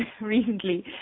recently